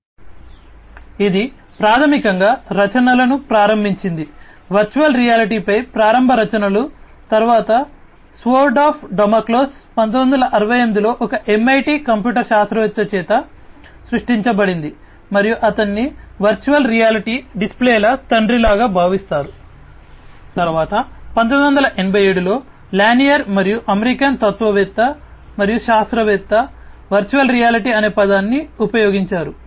కాబట్టి ఇది ప్రాథమికంగా రచనలను ప్రారంభించింది వర్చువల్ రియాలిటీపై ప్రారంభ రచనలు తరువాత స్వోర్డ్ ఆఫ్ డామోక్లెస్ 1968 లో ఒక MIT కంప్యూటర్ శాస్త్రవేత్త చేత సృష్టించబడింది మరియు అతన్ని వర్చువల్ రియాలిటీ డిస్ప్లేల తండ్రిలాగా భావిస్తారు తరువాత 1987 లో లానియర్ మరియు అమెరికన్ తత్వవేత్త మరియు శాస్త్రవేత్త వర్చువల్ రియాలిటీ అనే పదాన్ని ఉపయోగించారు